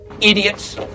idiots